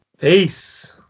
Peace